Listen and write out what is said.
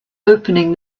opening